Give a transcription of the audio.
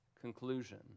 conclusion